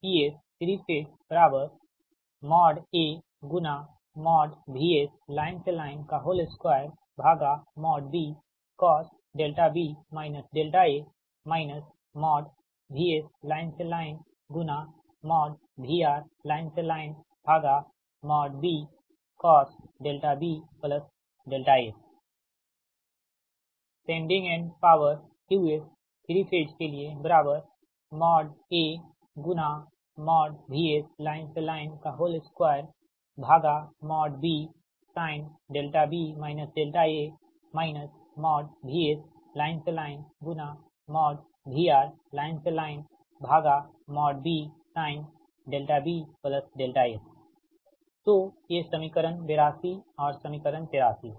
PS3 AVSL L2BcosB A VSL LVRL LBcosBS QS3 AVSL L2BsinB A VSL LVRL LBsinBS तो ये समीकरण 82 और समीकरण 83 हैं